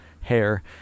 hair